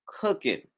cooking